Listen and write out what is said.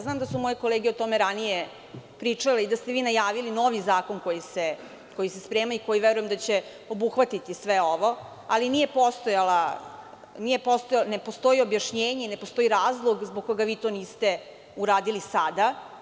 Znam da su moje kolege o tome ranije pričale i da ste vi najavili novi zakon koji se sprema, i koji verujem da će obuhvatiti sve ovo, ali ne postoji objašnjenje i ne postoji razlog zbog koga vi to niste uradili sada.